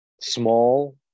small